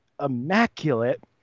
immaculate